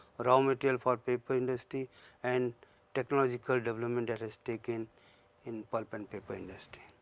raw material for paper industry and technological development that has taken in pulp and paper industry.